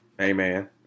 amen